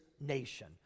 nation